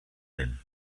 him